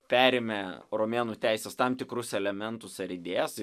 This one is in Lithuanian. perėmė romėnų teisės tam tikrus elementus ar idėjas